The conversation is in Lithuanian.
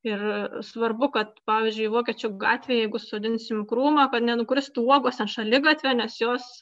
ir svarbu kad pavyzdžiui vokiečių gatvėj jeigu sodinsim krūmą kad nenukristų uogos ant šaligatvio nes jos